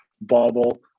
bubble